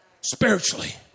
Spiritually